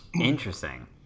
Interesting